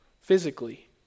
physically